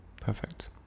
Perfect